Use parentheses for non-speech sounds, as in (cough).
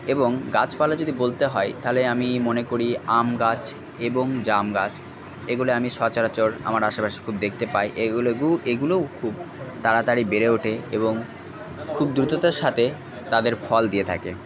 এবং গাছপালা যদি বলতে হয় তাহলে আমি মনে করি আম গাছ এবং জাম গাছ এগুলো আমি সচরাচর আমার আশপাশে খুব দেখতে পাই এগুলো (unintelligible) এগুলোও খুব তাড়াতাড়ি বেড়ে ওঠে এবং খুব দ্রুততার সাথে তাদের ফল দিয়ে থাকে